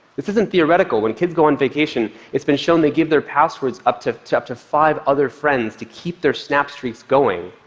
this isn't theoretical when kids go on vacation, it's been shown they give their passwords to to up to five other friends to keep their snapstreaks going,